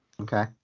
Okay